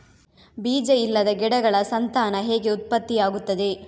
ಬೀಜ ಇಲ್ಲದ ಗಿಡಗಳ ಸಂತಾನ ಹೇಗೆ ಉತ್ಪತ್ತಿ ಆಗುತ್ತದೆ?